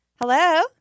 Hello